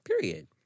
Period